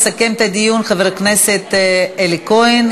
יסכם את הדיון חבר הכנסת אלי כהן,